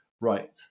right